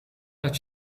dat